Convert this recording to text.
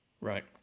Right